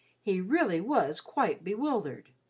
he really was quite bewildered.